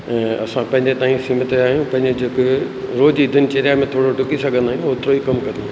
ऐं असां पंहिंजे ताईं सीमित आहियूं पंहिंजे जेके रोज़ जी दिनचर्या में थोरो डुकी सघंदा आहियूं ओतिरो ई कमु कजे